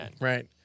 right